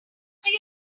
three